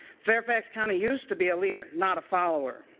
fairfax county used to be a leader, not a follower.